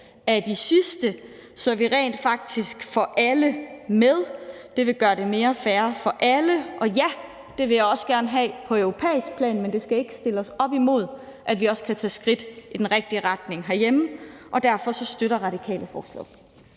af de sidste, så vi rent faktisk får alle med. Det vil gøre det mere fair for alle. Og ja, det vil jeg også gerne have på europæisk plan, men det skal ikke stille os op imod, at vi også kan tage skridt i den rigtige retning herhjemme. Derfor støtter Radikale forslaget.